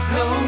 no